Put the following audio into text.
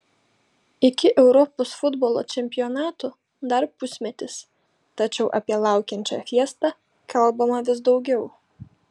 iki europos futbolo čempionato dar pusmetis tačiau apie laukiančią fiestą kalbama vis daugiau